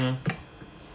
mm hmm